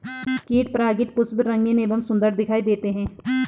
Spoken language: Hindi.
कीट परागित पुष्प रंगीन एवं सुन्दर दिखाई देते हैं